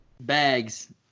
bags